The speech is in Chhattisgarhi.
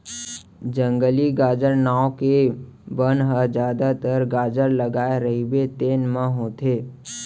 जंगली गाजर नांव के बन ह जादातर गाजर लगाए रहिबे तेन म होथे